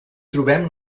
trobem